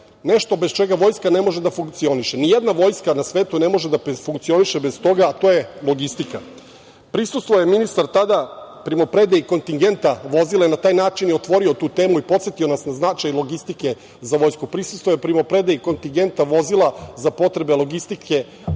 nešto bez čega Vojska ne može da funkcioniše. Ni jedna vojska na svetu ne može da funkcioniše bez toga. To je logistika. Prisustvovao je ministar tada primopredaji kontingenta vozila i na taj način je otvorio tu temu i podsetio nas na značaj logistike za Vojsku. Prisustvovao je primopredaji kontingenta vozila za potrebe logistike